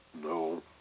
No